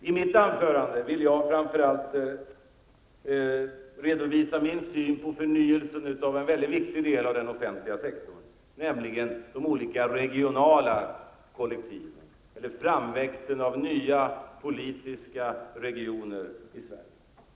I mitt anförande vill jag framför allt redovisa min syn på förnyelsen av en mycket viktig del av den offentliga sektorn, nämligen de olika regionala kollektiven -- eller framväxten av nya politiska regioner i Sverige.